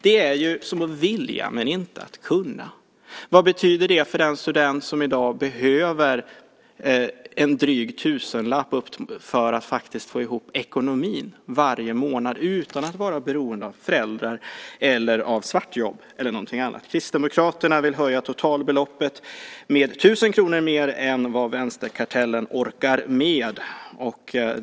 Det är som att vilja men inte kunna. Vad betyder det för den student som i dag behöver en dryg tusenlapp för att få ihop ekonomin varje månad utan att vara beroende av föräldrar eller svartjobb? Kristdemokraterna vill höja totalbeloppet med 1 000 kr mer än vad vänsterkartellen orkar med.